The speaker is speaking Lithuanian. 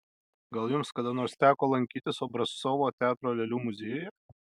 gal jums kada nors teko lankytis obrazcovo teatro lėlių muziejuje